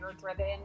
driven